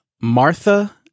Martha